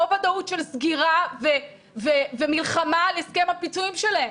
או ודאות של סגירה ומלחמה על הסכם הפיצויים שלהם.